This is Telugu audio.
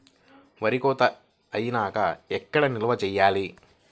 వరి కోత అయినాక ఎక్కడ నిల్వ చేయాలి?